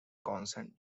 consent